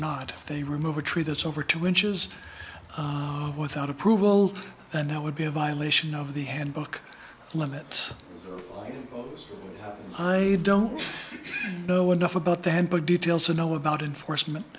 not they remove a tree that's over two inches without approval and that would be a violation of the handbook limits i don't know enough about the handbook details to know about enforcement